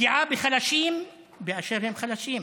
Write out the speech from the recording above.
פגיעה בחלשים באשר הם חלשים.